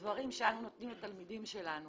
דברים שאנו נותנים לתלמידים שלנו